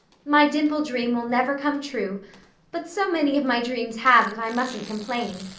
my dimple-dream will never come true but so many of my dreams have that i mustn't complain.